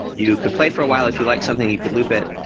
you could play for a while. if you like something, you could loop it.